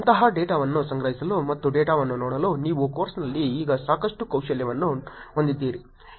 ಅಂತಹ ಡೇಟಾವನ್ನು ಸಂಗ್ರಹಿಸಲು ಮತ್ತು ಡೇಟಾವನ್ನು ನೋಡಲು ನೀವು ಕೋರ್ಸ್ನಲ್ಲಿ ಈಗ ಸಾಕಷ್ಟು ಕೌಶಲ್ಯಗಳನ್ನು ಹೊಂದಿದ್ದೀರಿ